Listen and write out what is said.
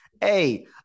Hey